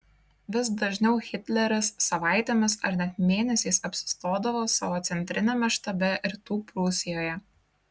vis dažniau hitleris savaitėmis ar net mėnesiais apsistodavo savo centriniame štabe rytų prūsijoje